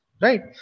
right